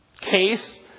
case